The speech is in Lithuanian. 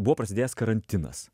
buvo prasidėjęs karantinas